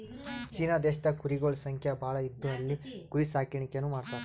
China ದೇಶದಾಗ್ ಕುರಿಗೊಳ್ ಸಂಖ್ಯಾ ಭಾಳ್ ಇದ್ದು ಅಲ್ಲಿ ಕುರಿ ಸಾಕಾಣಿಕೆನೂ ಮಾಡ್ತರ್